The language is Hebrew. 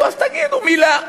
אז תגידו מילה.